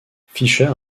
fischer